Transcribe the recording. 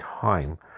time